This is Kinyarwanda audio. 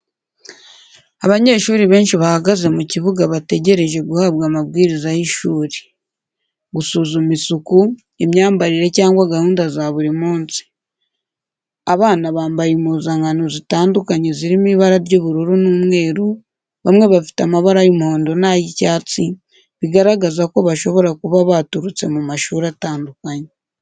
Abanyeshuri benshi bahagaze mu kibuga bategereje guhabwa amabwiriza y'ishuri. Gusuzuma isuku, imyambarire, cyangwa gahunda za buri munsi. Abana bambaye impuzankano zitandukanye zirimo ibara ry’ubururu n’umweru, bamwe bafite amabara y'umuhondo n'ay'icyatsi, bigaragaza ko bashobora kuba baturutse mu mashuri atandukanye.